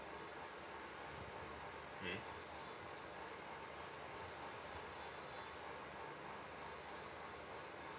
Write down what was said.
mm